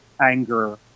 anger